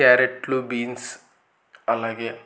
క్యారెట్లు బీన్స్ అలాగే